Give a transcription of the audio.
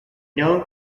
known